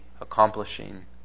accomplishing